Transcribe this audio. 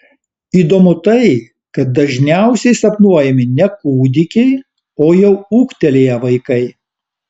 įdomu tai kad dažniausiai sapnuojami ne kūdikiai o jau ūgtelėję vaikai